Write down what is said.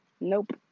Nope